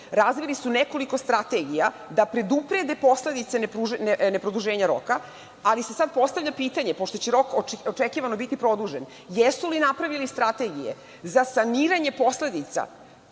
razvili su nekoliko strategija da preduprede posledice neproduženja roka. Sada se postavlja pitanje, pošto će rok očekivano biti produžen, jesu li napravili strategije za saniranje posledica